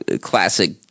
classic